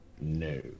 No